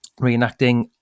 reenacting